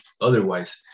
otherwise